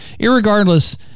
irregardless